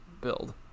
build